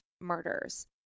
murders